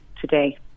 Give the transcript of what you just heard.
today